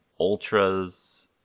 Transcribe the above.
Ultras